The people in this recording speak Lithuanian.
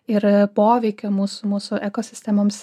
ir poveikio mūsų mūsų ekosistemoms